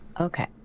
Okay